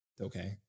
Okay